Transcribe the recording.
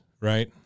Right